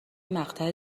مقطع